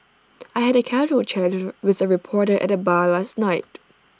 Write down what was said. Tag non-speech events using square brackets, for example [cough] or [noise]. I had A casual chat [unintelligible] with A reporter at the bar last night